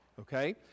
Okay